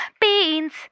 beans